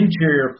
interior